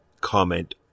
comment